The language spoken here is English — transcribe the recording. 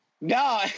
No